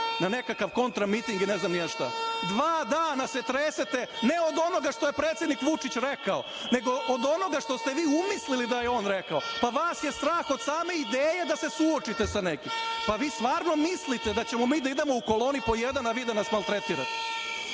na nekakav kontra-miting, ili ne znam šta. Dva dana se tresete ne od onoga što je predsednik Vučić rekao, nego od onoga što ste vi umislili da je on rekao. Pa, vas je strah od same ideje da se suočite sa nekim. Pa, vi stvarno mislite da ćemo mi da idemo u koloni po jedan, a vi da nas maltretirate.